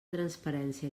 transparència